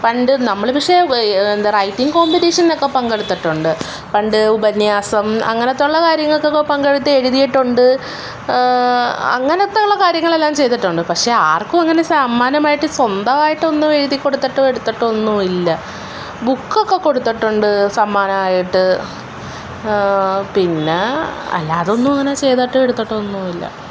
പണ്ട് നമ്മള് പക്ഷേ എന്താ റൈറ്റിംങ്ങ് കോമ്പറ്റീഷനൊക്കെ പങ്കെടുത്തിട്ടുണ്ട് പണ്ട് ഉപന്യാസം അങ്ങനെ ഒക്കെ ഉള്ള കാര്യങ്ങൾക്കൊക്കെ പങ്കെടുത്ത് എഴുതിയിട്ടുണ്ട് അങ്ങനെത്തെ ഉള്ള കാര്യങ്ങളെല്ലാം ചെയ്തിട്ടുണ്ട് പക്ഷേ ആർക്കും അങ്ങനെ സമ്മാനമായിട്ട് സ്വന്തവായിട്ടൊന്നും എഴുതി കൊടുത്തിട്ടും എടുത്തിട്ടും ഒന്നും ഇല്ല ബുക്കൊക്കെ കൊടുത്തിട്ടുണ്ട് സമ്മാനമായിട്ട് പിന്നെ അല്ലാതൊന്നും അങ്ങനെ ചെയ്തിട്ട് എടുത്തിട്ടൊന്നുവില്ല